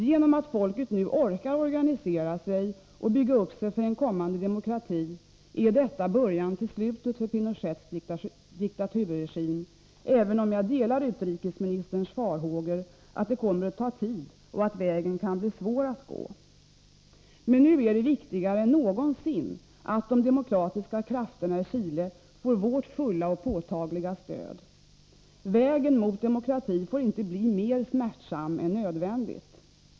Genom att folket nu orkar organisera sig och bygga upp sig för en kommande demokrati, är detta början till slutet för Pinochets diktaturregim, även om jag delar utrikesministerns farhågor att det kommer att ta tid och att vägen kan bli svår att gå. Men nu är det viktigare än någonsin att de demokratiska krafterna i Chile får vårt fulla och påtagliga stöd. Vägen mot demokrati får inte bli mer smärtsam än nödvändigt.